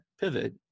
pivot